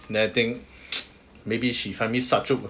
then I think maybe she find me such joke ah